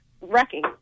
wrecking